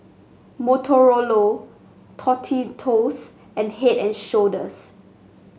Motorola Tostitos and Head And Shoulders